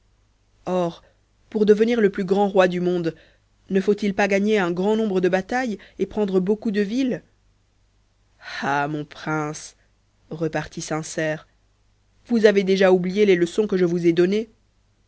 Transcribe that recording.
or pour devenir le plus grand roi du monde ne faut-il pas gagner un grand nombre de batailles et prendre beaucoup de villes ah mon prince répartit sincère vous avez déjà oublié les leçons que je vous ai données